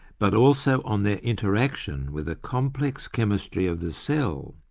but also on their interaction with the complex chemistry of the cell.